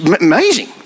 Amazing